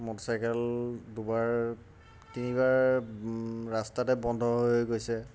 motor cycle দুবাৰ তিনিবাৰ ৰাস্তাতে বন্ধ হৈ গৈছে